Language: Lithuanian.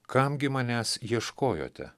kam gi manęs ieškojote